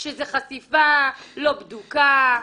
חשיפה לא בדוקה,